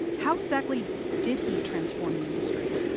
how exactly did he transform the industry?